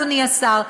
אדוני השר,